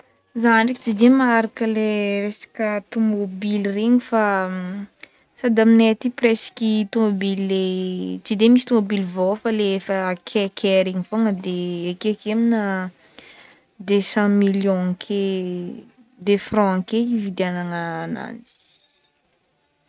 Zah ndraiky tsy de maharaka le tomobily regny fa sady amnay aty presky tomobily le tsy de misy tomobily vao fa le efa akaikai regny fogna de akeke amna deux cent millions ake de franc ake ividianagna agnanjy.